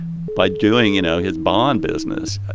by doing, you know, his bond business.